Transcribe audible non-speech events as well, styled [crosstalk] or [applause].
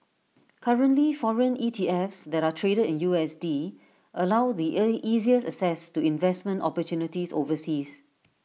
currently foreign ETFs that are traded in U S D allow the [unintelligible] easiest access to investment opportunities overseas